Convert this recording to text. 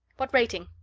what rating?